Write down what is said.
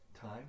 time